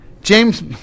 James